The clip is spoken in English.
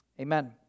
amen